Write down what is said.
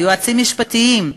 ליועצים המשפטיים,